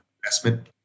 investment